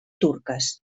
turques